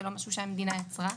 זה לא משהו שהמדינה יצרה.